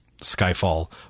Skyfall